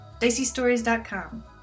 diceystories.com